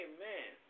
Amen